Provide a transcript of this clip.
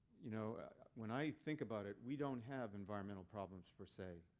you know when i think about it, we don't have environmental problems per se.